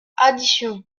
additions